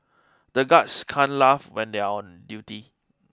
the guards can't laugh when they are on duty